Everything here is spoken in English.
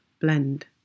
blend